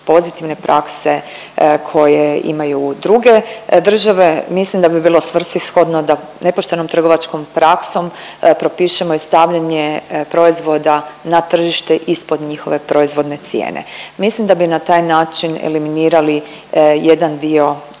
pozitivne prakse koje imaju druge države. Mislim da bi bilo svrsishodno da nepoštenom trgovačkom praksom propišemo i stavljanje proizvoda na tržište ispod njihove proizvodne cijene. Mislim da bi na taj način eliminirali jedan dio one